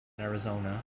arizona